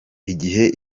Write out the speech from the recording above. igihe